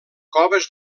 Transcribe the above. coves